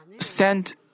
send